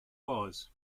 was